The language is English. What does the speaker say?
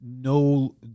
no